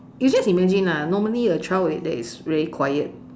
you just imagine lah normally a child that is very quiet